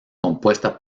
compuesta